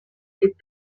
tip